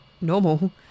normal